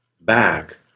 back